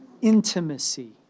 intimacy